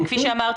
כפי שאמרתי,